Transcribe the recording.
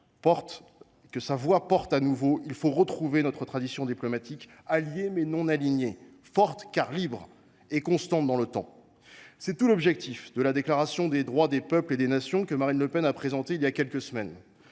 de la France porte de nouveau, il faut retrouver notre tradition diplomatique, alliée, mais non alignée, forte, car libre, et constante dans le temps. C’est tout l’objectif de la déclaration des droits des peuples et des nations que Marine Le Pen a présentée il y a quelques semaines.